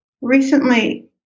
recently